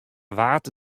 waard